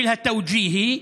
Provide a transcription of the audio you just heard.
של התאוג'יהי,